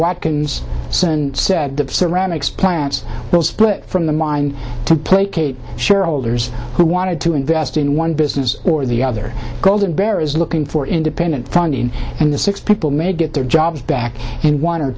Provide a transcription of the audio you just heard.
watkins said the ceramics plants will split from the mind to placate shareholders who wanted to invest in one business or the other golden bear is looking for independent funding and the six people may get their jobs back in one or